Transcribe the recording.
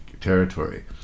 territory